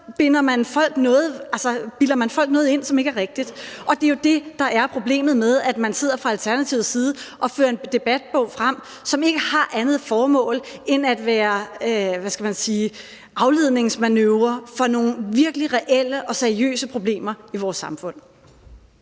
bilder man folk noget ind, som ikke er rigtigt, og det er jo det, der er problemet med, at de fra Alternativets side sidder og lægger en debatbog frem, som ikke har andet formål end at være – hvad skal man sige – afledningsmanøvre for nogle virkelig reelle og seriøse problemer i vores samfund.